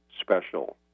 special